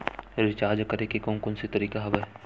Recharge करे के कोन कोन से तरीका हवय?